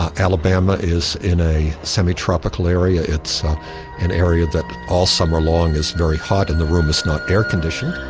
ah alabama is in a semi-tropical area, it's an area that all summer long is very hot and the room is not air conditioned.